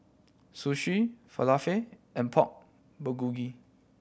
Sushi Falafel and Pork Bulgogi